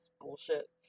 bullshit